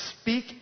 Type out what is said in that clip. speak